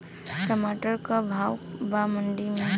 टमाटर का भाव बा मंडी मे?